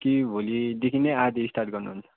कि भोलिदेखि नै आधा स्टार्ट गर्नुहुन्छ